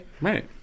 Right